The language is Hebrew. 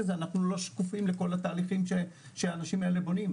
אנחנו לא שקופים לכל התהליכים שהאנשים האלה בונים.